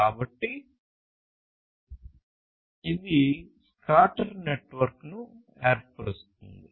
కాబట్టి ఇది స్కాటర్ నెట్ను ఏర్పరుస్తుంది